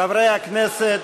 חברי הכנסת,